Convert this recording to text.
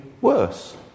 worse